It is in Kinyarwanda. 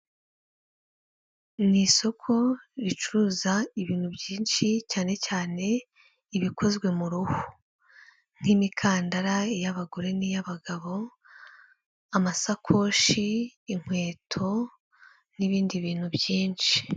Ni isoko ricuruza ibintu byinshi cyane cyane ibikozwe mu ruhu, nk'imikandara iy'abagore n'iy'abagabo, amasakoshi, inkweto n'ibindi bintu byinshi.